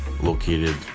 located